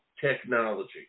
technology